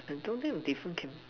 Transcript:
I don't think the different can